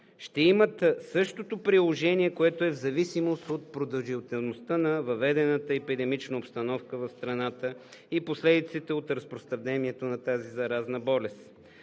ще имат същото приложение, което е в зависимост от продължителността на въведената епидемична обстановка в страната и последиците от разпространението на тази заразна болест.